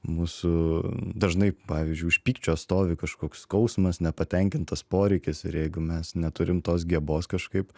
mūsų dažnai pavyzdžiui už pykčio stovi kažkoks skausmas nepatenkintas poreikis ir jeigu mes neturim tos gebos kažkaip